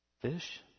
Fish